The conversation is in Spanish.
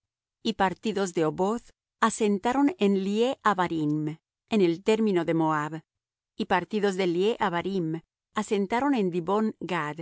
y partidos de oboth asentaron en ije abarim en el término de moab y partidos de ije abarim asentaron en